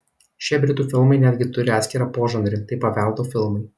šie britų filmai netgi turi atskirą požanrį tai paveldo filmai